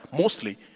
mostly